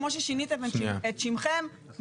כמו ששינתם את שימכם,